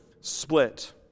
split